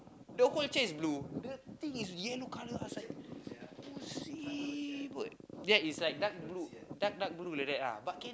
the whole chair is blue the thing is yellow colour I was like pussy bird that is like dark blue dark dark blue like that ah but can